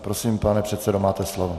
Prosím, pane předsedo, máte slovo.